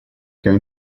going